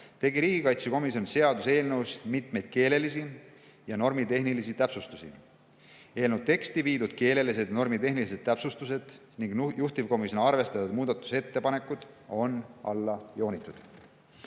tegi riigikaitsekomisjon seaduseelnõus mitmeid keelelisi ja normitehnilisi täpsustusi. Eelnõu teksti viidud keelelised ja normitehnilised täpsustused ning juhtivkomisjoni arvestatud muudatusettepanekud on alla joonitud.